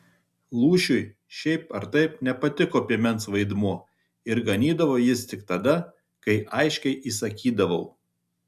lūšiui šiaip ar taip nepatiko piemens vaidmuo ir ganydavo jis tik tada kai aiškiai įsakydavau